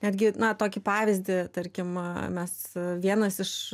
netgi na tokį pavyzdį tarkim mes vienas iš